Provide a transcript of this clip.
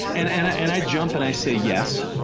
and and and i jump and i say yes,